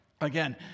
again